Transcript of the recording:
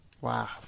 Wow